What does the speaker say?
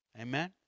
Amen